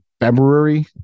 February